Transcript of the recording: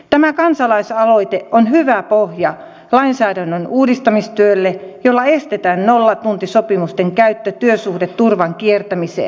tämä kansalaisaloite on hyvä pohja lainsäädännön uudistamistyölle jolla estetään nollatuntisopimusten käyttö työsuhdeturvan kiertämiseen